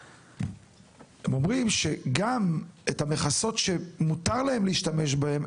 הם אומרים שגם את המכסות שמותר להם להשתמש בהן,